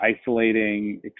isolating